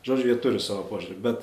žodžiu jie turi savo požiūrį bet